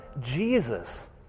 Jesus